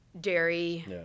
dairy